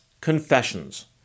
confessions